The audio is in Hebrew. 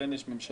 לכן יש ממשלה,